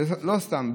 זה לא סתם.